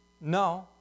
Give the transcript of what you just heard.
No